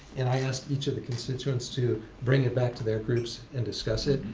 and i asked each of the constituents to bring it back to their groups and discuss it.